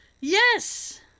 yes